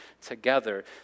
together